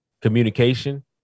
communication